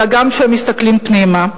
אלא גם כשהם מסתכלים פנימה,